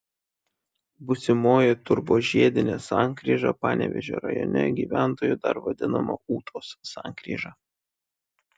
būsimoji turbožiedinė sankryža panevėžio rajone gyventojų dar vadinama ūtos sankryža